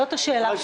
זאת השאלה.